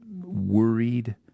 worried